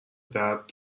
درد